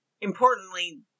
importantly